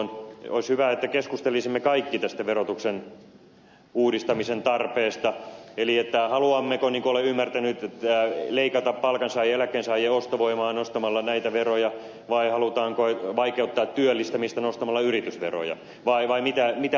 olisi hyvä että me keskustelisimme kaikki tästä verotuksen uudistamisen tarpeesta eli siitä haluammeko me niin kuin olen ymmärtänyt leikata palkansaajien eläkkeensaajien ostovoimaa nostamalla näitä veroja vai halutaanko vaikeuttaa työllistämistä nostamalla yritysveroja vai mitä halutaan tehdä